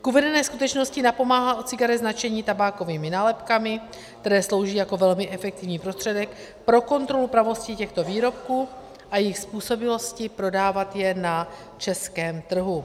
K uvedené skutečnosti napomáhá u cigaret značení tabákovými nálepkami, které slouží jako velmi efektivní prostředek pro kontrolu pravosti těchto výrobků a jejich způsobilosti prodávat je na českém trhu.